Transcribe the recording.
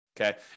okay